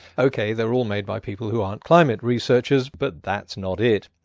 ok, they're all made by people who aren't climate researchers but that's not it.